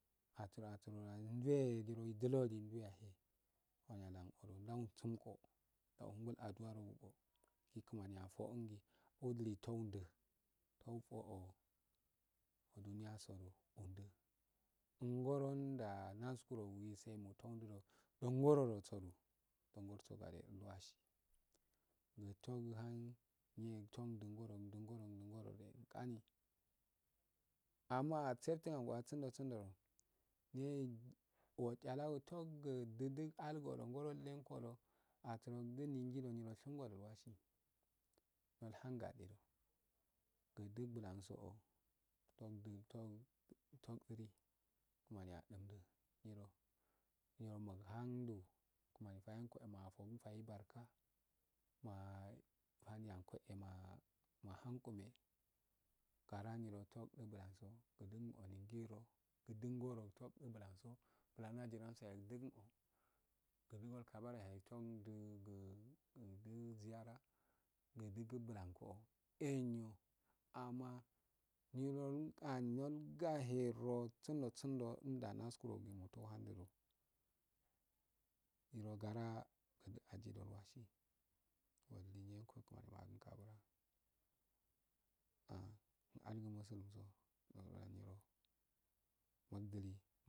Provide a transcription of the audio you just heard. Aturo aturodo ndewa giro duduln dwe yawe kimaniya alanowa daurinku aahungol adua fe gikimaniya afuondi owudi litau ndi mukbboo uduni yaso nundi ngoranda naskurogugi sai mutaundido dongorogo du do ngorsoma gadedol wasi matuhan amma asafetuna sundo sundo du nee wujalago utuwogu algudugu alguo ngorunlenguro asiro atugunigu mushingodonolhangodei muduk blansoo togdiri kimaniya jumda nyirogunhandu kimani fayenko et kimaniyo yafokin fayanka fayanko eh mahukine gara ngiro utublanso gunguro nyiro gudungoro toh di balanso odiguno bland graiso yaee guduguno gudungol kabare yazee gudu ziyara gudungu balanko enyo amma nyin gani gahedo sundosundo nda naskuro gun otuhaando nyiro gara ajidogashe ayenko ahukin kabura ah algn musulusu nyiro gara nyiro mukdili.